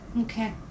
Okay